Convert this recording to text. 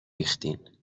ریختین